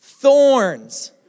Thorns